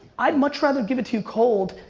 i'd much rather give it to you cold,